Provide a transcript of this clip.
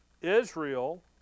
Israel